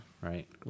right